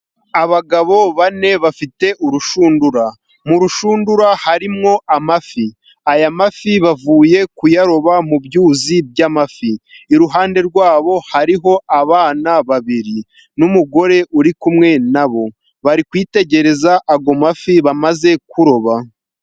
Abagabo bane bafite urushundura, mu rushundura harimwo amafi, aya mafi bavuye kuyaroba mu byuzi by'amafi iruhande rwabo, hariho abana babiri n'umugore uri kumwe nabo, bari kwitegereza ayo mafi bamaze kuroba.